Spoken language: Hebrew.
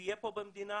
יחיה כאן במדינה,